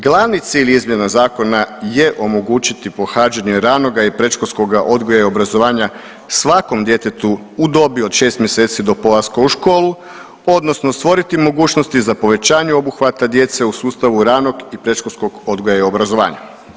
Glavni cilj izmjena zakona je omogućiti pohađanje ranoga i predškolskoga odgoja i obrazovanja svakom djetetu u dobi od 6 mjeseci do polaska u školu, odnosno stvoriti mogućnosti za povećanje obuhvata djece u sustavu ranog i predškolskog odgoja i obrazovanja.